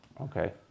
Okay